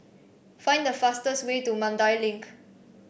find the fastest way to Mandai Link